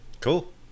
cool